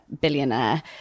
billionaire